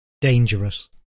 Dangerous